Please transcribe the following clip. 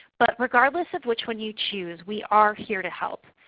but regardless of which one you choose, we are here to help.